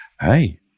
hey